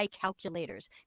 calculators